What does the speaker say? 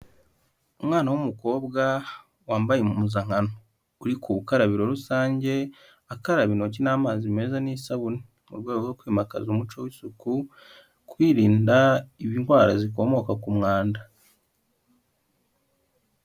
Umwana w'umukobwa wambaye impuzankano, uri ku bukarabiro rusange akaraba intoki n'amazi meza n'isabune mu rwego rwo kwimakaza umuco w'isuku kwirinda indwara zikomoka ku mwanda.